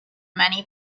many